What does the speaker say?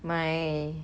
my